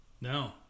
No